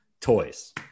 toys